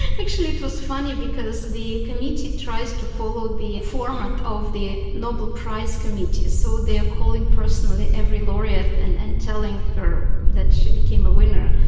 actually it was funny because the committee tries to follow the format of the nobel prize committee, so they are calling personally every laureate and and telling her that she became a winner.